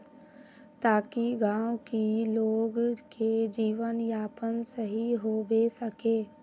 ताकि गाँव की लोग के जीवन यापन सही होबे सके?